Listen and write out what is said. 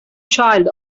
child